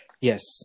yes